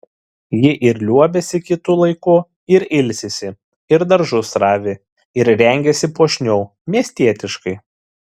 ji ir liuobiasi kitu laiku ir ilsisi ir daržus ravi ir rengiasi puošniau miestietiškai